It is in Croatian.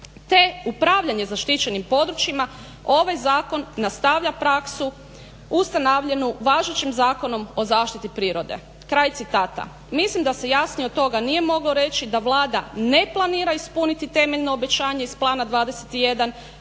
te upravljanje zaštićenim područjima, ovaj zakon nastavlja praksu ustanovljenu važećim Zakonom o zaštiti prirode.". Mislim da se jasnije od toga nije moglo reći da Vlada ne planira ispuniti temeljno obećanje iz Plana 21